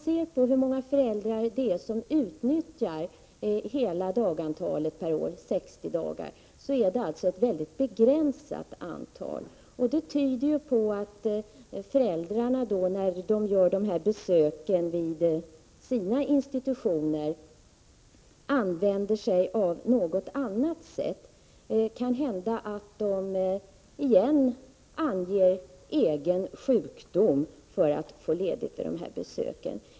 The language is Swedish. Det är ett mycket begränsat antal föräldrar som utnyttjar hela dagantalet — 60 dagar. Det tyder på att föräldrarna när de gör dessa besök uppger något annat skäl; det är möjligt att de anger egen sjukdom för att få ledigt för dessa besök.